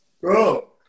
Bro